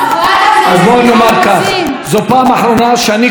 אז בואי נאמר כך: זו פעם אחרונה שאני קורא אותך.